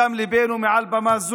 מדם ליבנו מעל במה זו,